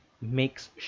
makes